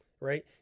Right